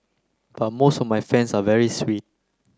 but most of my fans are very sweet